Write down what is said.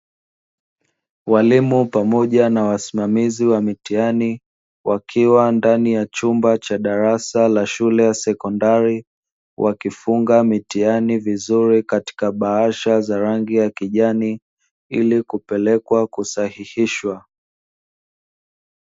Walimu pamoja na wasimamizi wa mitihani, wakiwa ndani ya chumba cha darasa la shule ya sekondari, wakifunga mitihani vizuri katika bahasha za rangi ya kijani, ili kupelekwa kusahihishwa.